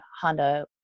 Honda